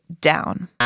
down